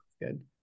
good